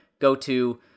go-to